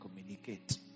communicate